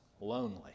lonely